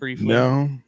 No